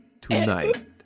tonight